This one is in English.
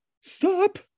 stop